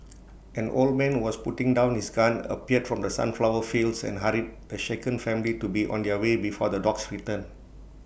an old man was putting down his gun appeared from the sunflower fields and hurried the shaken family to be on their way before the dogs return